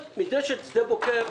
התפקוד היום-יומי של מדרשת שדה בוקר